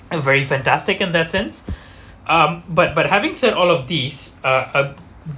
a very fantastic in that sense um but but having said all of these uh uh